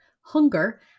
hunger